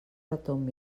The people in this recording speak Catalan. retomb